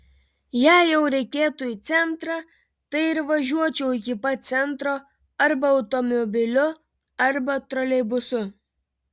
jei jau reikėtų į centrą tai ir važiuočiau iki pat centro arba automobiliu arba troleibusu